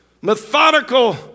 methodical